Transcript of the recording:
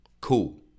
cool